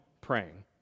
praying